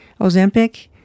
Ozempic